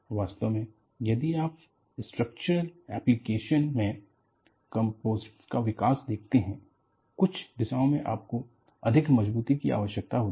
वास्तव में यदि आप स्ट्रक्चरल ऐप्लिकेशन मे कॉम्पोजिट का विकास देखते है कुछ दिशाओं मे आपको अधिक मज़बूती की आवश्यकता होती है